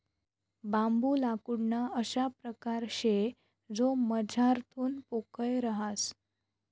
बांबू लाकूडना अशा परकार शे जो मझारथून पोकय रहास